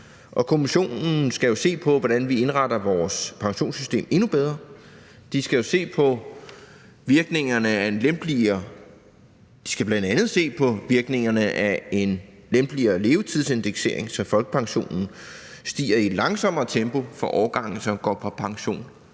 Kommissionen skal jo se på, hvordan vi indretter vores pensionssystem endnu bedre. De skal bl.a. se på virkningerne af en lempeligere levetidsindeksering, så folkepensionen stiger i et langsommere tempo for årgange, som går på pension